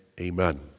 amen